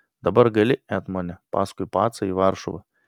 dabar gali etmone paskui pacą į varšuvą